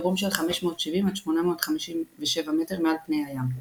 ברום של 570 עד 857 מטר מעל פני הים.